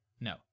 No